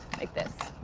like this.